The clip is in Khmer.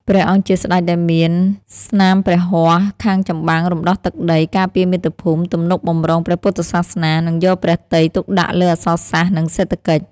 ព្រះអង្គជាស្ដេចដែលមានស្នាព្រះហស្ថខាងចម្បាំង រំដោះទឹកដី ការពារមាតុភូមិ ទំនុកបម្រុងព្រះពុទ្ធសាសនា និងយកព្រះទ័យទុកដាក់លើអក្សរសាស្ត្រ និងសេដ្ឋកិច្ច